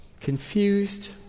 confused